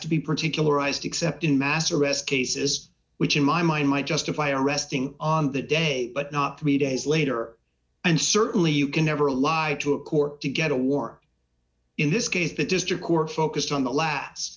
to be particularized except in mass arrest cases which in my mind might justify arresting on the day but not to me days later and certainly you can never lie to a court to get a war in this case the district court focused on the last